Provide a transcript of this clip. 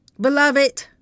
Beloved